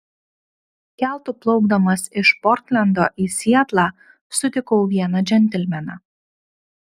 keltu plaukdamas iš portlendo į sietlą sutikau vieną džentelmeną